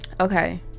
Okay